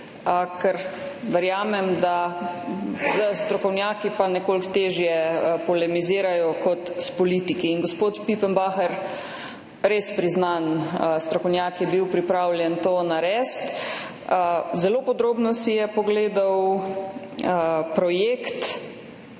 Ker verjamem, da s strokovnjaki pa nekoliko težje polemizirajo kot s politiki. In gospod Pipenbaher, res priznan strokovnjak, je bil pripravljen to narediti. Zelo podrobno si je pogledal projekt